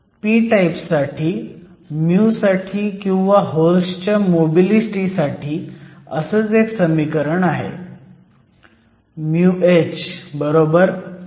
p type साठी μ साठी किंवा होल्सच्या मोबिलिटी साठी असंच एक समीकरण आहे